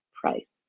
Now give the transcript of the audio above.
price